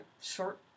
short